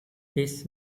his